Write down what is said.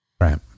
right